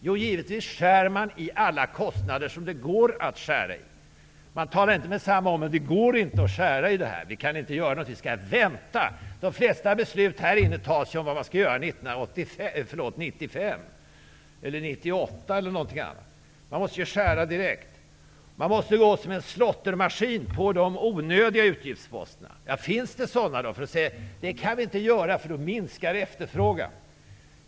Jo, givetvis skall man skära i alla kostnader som det går att skära i. Man säger inte meddetsamma: Men det går inte att skära i det här! Det kan vi inte göra. Vi måste vänta. De flesta beslut här i kammaren gäller vad man skall göra 1995, 1998, eller liknande. Men man måste ju skära direkt! Man måste gå på de onödiga utgiftsposterna som en slåttermaskin. Finns det sådana då? Här säger man: Det kan vi inte göra -- då minskar vi efterfrågan.